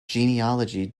genealogy